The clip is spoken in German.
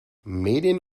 medien